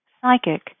psychic